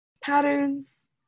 patterns